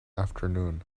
afternoon